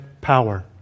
power